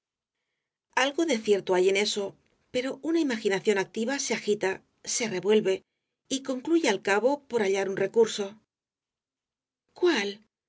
algo de cierto hay en eso pero una imaginación activa se agita se revuelve y concluye al cabo por hallar un recurso cuál